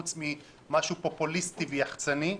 חוץ ממשהו פופוליסטי ויחצני.